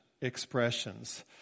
expressions